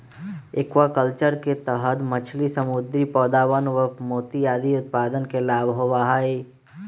aquaculture के तहद मछली, समुद्री पौधवन एवं मोती आदि उत्पादन के लाभ होबा हई